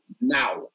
now